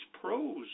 pros